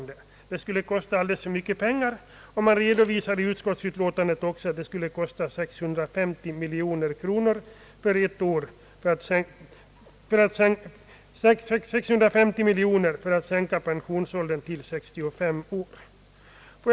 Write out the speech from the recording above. Den skulle kosta alldeles för mycket pengar — man redovisar i utlåtandet att kostnaden skulle bli 650 miljoner kronor för att sänka pensionsåldern till 65 år.